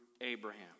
Abraham